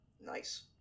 Nice